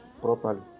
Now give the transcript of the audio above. properly